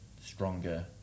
stronger